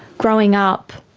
growing up,